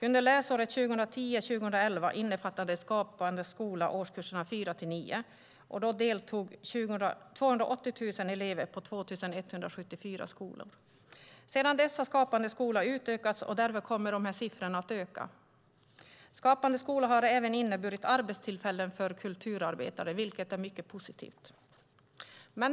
Under läsåret 2010/11 innefattade Skapande skola årskurserna 4-9, och då deltog 280 000 elever på 2 174 skolor. Sedan dess har Skapande skola utökats, och därför kommer de här siffrorna att öka. Skapande skola har även inneburit arbetstillfällen för kulturarbetare, vilket är mycket positivt.